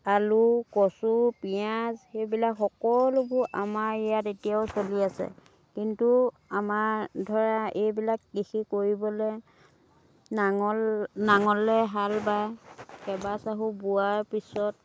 আলু কচু পিয়াঁজ এইবিলাক সকলোবোৰ আমাৰ ইয়াত এতিয়াও চলি আছে কিন্তু আমাৰ ধৰা এইবিলাক কৃষি কৰিবলৈ নাঙল নাঙলে হাল বায় কেইবা চাহো বোৱাৰ পিছত